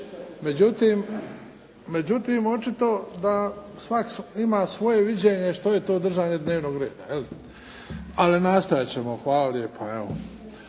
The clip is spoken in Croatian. Međutim, očito da svako ima svoje viđenje, što je to držanje dnevnog reda, jel'. Ali nastojat ćemo. Hvala lijepa.